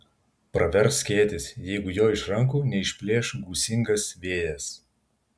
pravers skėtis jeigu jo iš rankų neišplėš gūsingas vėjas